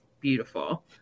beautiful